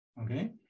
okay